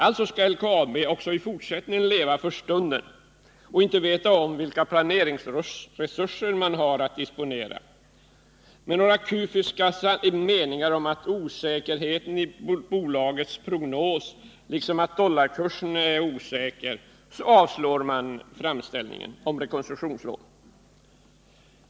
Alltså skall LKAB även i fortsättningen leva för stunden och inte veta vilka planeringsresurser man har att disponera. Med några kufiska meningar om osäkerheten i bolagets prognos liksom om att dollarkursen är osäker avslår man framställningen om rekonstruktionslånet.